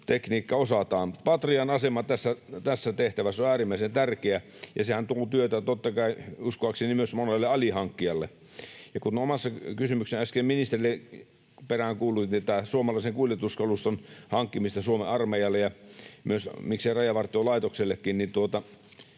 tekniikka osataan. Patrian asema tässä tehtävässä on äärimmäisen tärkeä, ja sehän tuo työtä totta kai uskoakseni myös monelle alihankkijalle. Kun omassa kysymyksessäni ministerille äsken peräänkuulutin tätä suomalaisen kuljetuskaluston hankkimista Suomen armeijalle ja miksei Rajavartiolaitoksellekin,